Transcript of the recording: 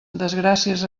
desgràcies